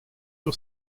sur